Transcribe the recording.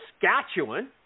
Saskatchewan